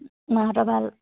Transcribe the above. মাহঁতৰ ভাল